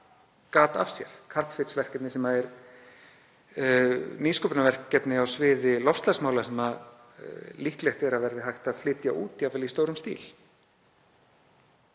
gat af sér, Carbfix-verkefnis sem er nýsköpunarverkefni á sviði loftslagsmála sem líklegt er að verði hægt að flytja út, jafnvel í stórum stíl.